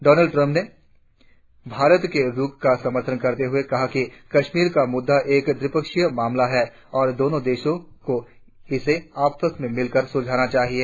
Donald Trump ने भारत के रुख का समर्थन करते हुए कहा कि कश्मीर का मुद्दा एक द्विपक्षीय मामला है और दोनों देशों को इसे आपस में मिलकर सुलझाना चाहिए